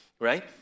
right